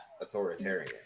authoritarian